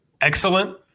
excellent